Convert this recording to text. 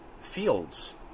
fields